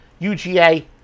UGA